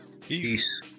Peace